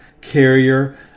carrier